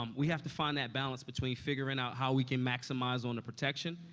um we have to find that balance between figuring out how we can maximize on the protection.